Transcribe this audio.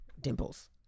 Dimples